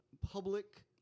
public